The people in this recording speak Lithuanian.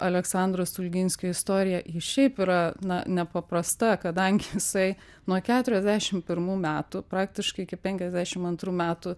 aleksandro stulginskio istorija ji šiaip yra na nepaprasta kadangi jisai nuo keturiasdešim pirmų metų praktiškai iki penkiasdešim antrų metų